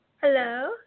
Hello